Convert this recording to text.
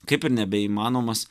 kaip ir nebeįmanomas